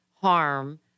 harm